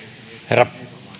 herra